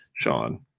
Sean